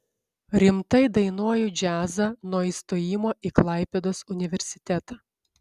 rimtai dainuoju džiazą nuo įstojimo į klaipėdos universitetą